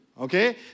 okay